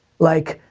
like,